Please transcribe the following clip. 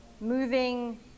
moving